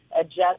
adjust